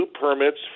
permits